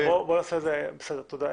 תודה.